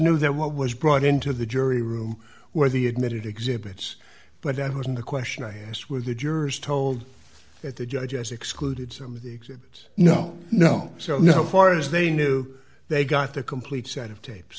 what was brought into the jury room where the admitted exhibits but i wasn't the question i asked with the jurors told that the judge has excluded some of the exhibits no no so now far as they knew they got the complete set of tapes